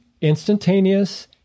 instantaneous